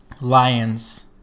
Lions –